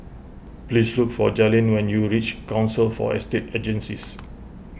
please look for Jalen when you reach Council for Estate Agencies